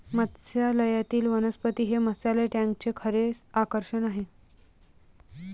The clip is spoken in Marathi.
मत्स्यालयातील वनस्पती हे मत्स्यालय टँकचे खरे आकर्षण आहे